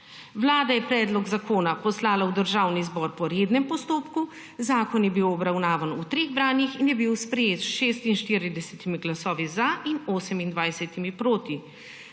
Vlada je predlog zakona poslala v Državni zbor po rednem postopku, zakon je bil obravnavan v treh branjih in je bil sprejet s 46 glasovi za in 28. proti.